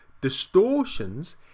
distortions